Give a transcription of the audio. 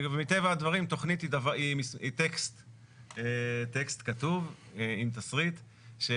ומטבע הדברים תכנית היא טקסט כתוב עם תשריט,